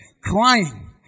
crying